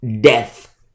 death